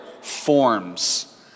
forms